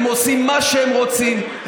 הם עושים מה שהם רוצים,